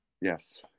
Yes